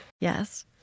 Yes